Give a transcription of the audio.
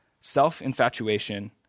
self-infatuation